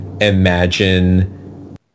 imagine